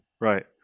right